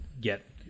get